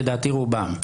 לדעתי רובם.